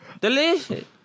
Delicious